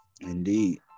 Indeed